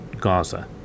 gaza